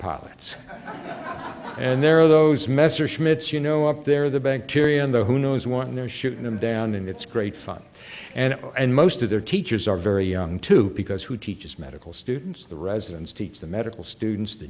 pilots and there are those messerschmitt you know up there the bacteria in there who knows one they're shooting them down and it's great fun and and most of their teachers are very young too because who teaches medical students the residents teach the medical students the